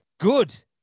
Good